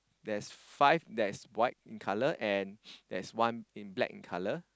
there's five that is white in colour and there's one in black in colour